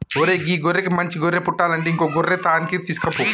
ఓరై గీ గొర్రెకి మంచి గొర్రె పుట్టలంటే ఇంకో గొర్రె తాన్కి తీసుకుపో